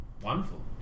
wonderful